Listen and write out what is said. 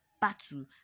battle